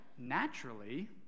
Naturally